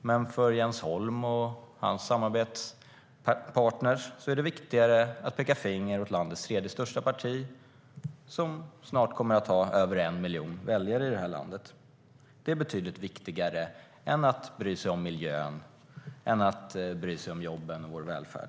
Men för Jens Holm och hans samarbetspartner är det viktigare att peka finger åt landets tredje största parti, som snart kommer att ha över en miljon väljare i det här landet. Det är betydligt viktigare än att bry sig om miljön, jobben och vår välfärd.